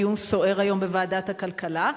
דיון סוער היום בוועדת הכלכלה.